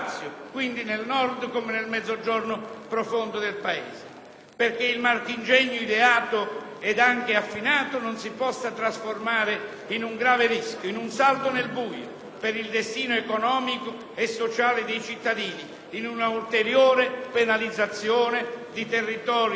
perché il marchingegno ideato e anche affinato non si possa trasformare in un grave rischio, in un salto nel buio per il destino economico e sociale dei cittadini, o in un'ulteriore penalizzazione di territori più deboli e già svantaggiati. Il nostro sforzo